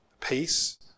peace